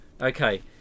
Okay